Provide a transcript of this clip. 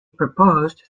proposed